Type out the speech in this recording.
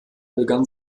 begann